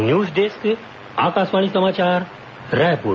news desk Akashvani समाचार रायपुर